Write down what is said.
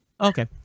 Okay